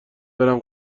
برم